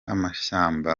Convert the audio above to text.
amashyamba